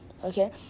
Okay